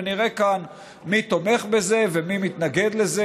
ונראה כאן מי תומך בזה ומי מתנגד לזה.